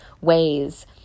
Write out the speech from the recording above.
ways